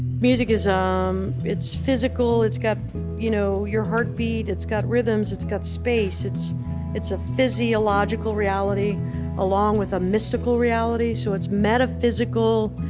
music is um physical. it's got you know your heartbeat it's got rhythms it's got space. it's it's a physiological reality along with a mystical reality. so it's metaphysical.